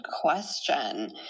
question